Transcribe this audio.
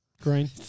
Green